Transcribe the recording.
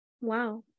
Wow